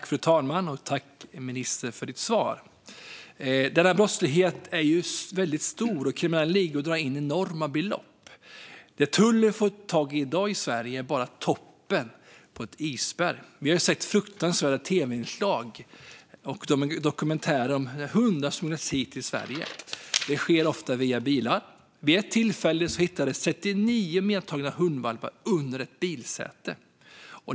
Fru talman! Tack, ministern, för ditt svar! Denna brottslighet är väldigt stor, och kriminella ligor drar in enorma belopp. Det tullen får tag på i dag i Sverige är bara toppen av ett isberg. Vi har sett fruktansvärda tv-inslag och dokumentärer om hur hundar smugglas hit till Sverige. Det sker ofta med bilar. Vid ett tillfälle hittades 39 medtagna hundvalpar under ett bilsäte.